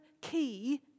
key